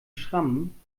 schrammen